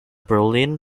berlin